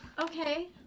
okay